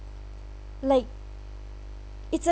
like it's a